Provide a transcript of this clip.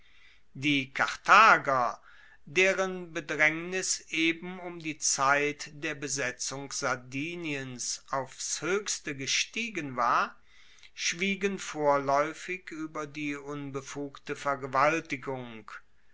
die karthager deren bedraengnis eben um die zeit der besetzung sardiniens aufs hoechste gestiegen war schwiegen vorlaeufig ueber die unbefugte vergewaltigung